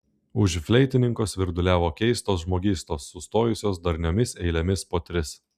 už fleitininko svirduliavo keistos žmogystos sustojusios darniomis eilėmis po tris